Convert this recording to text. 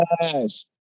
Yes